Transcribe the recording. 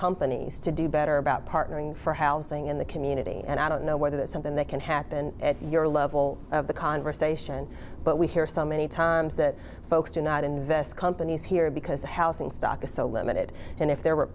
companies to do better about partnering for housing in the community and i don't know whether that's something that can happen at your level of the conversation but we hear so many times that folks do not invest companies here because housing stock is so limited and if there were